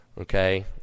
okay